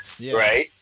right